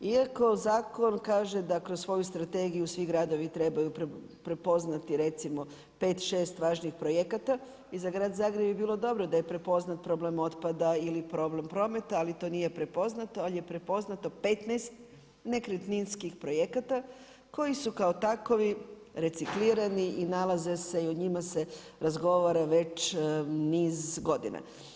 Iako zakon kaže da kroz svoju strategiju svi gradovi trebaju prepoznati recimo 5, 6 važnih projekata i za grad Zagreb bi bilo dobro da je prepoznat problem otpada ili problem prometa ali to nije prepoznato ali je prepoznato 15 nekretninskih projekata koji su kao takvi reciklirani i nalaze se i u njima se razgovara već niz godina.